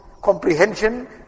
comprehension